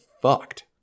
fucked